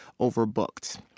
overbooked